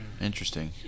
Interesting